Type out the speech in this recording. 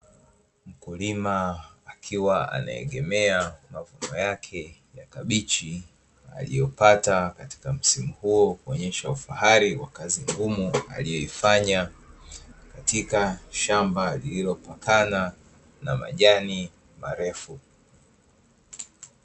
Mkulima akiwa anaegemea mavuno yake ya kabichi aliyopata katika msimu huo, kuonyesha ufahari wa kazi ngumu aliyoifanya katika shamba liliopakana na majani marefu.